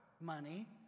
money